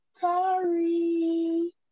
Sorry